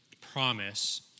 promise